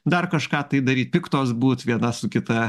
dar kažką tai daryt piktos būt viena su kita